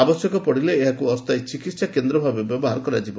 ଆବଶ୍ୟକ ପଡ଼ିଲେ ଏହାକୁ ଅସ୍ତାୟୀ ଚିକିହା କେନ୍ଦ୍ର ଭାବେ ବ୍ୟବହାର କରାଯିବ